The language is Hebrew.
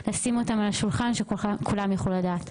לשים אותם על השולחן שכולם יוכלו לדעת.